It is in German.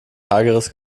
hageres